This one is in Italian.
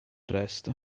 resto